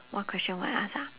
what question will I ask ah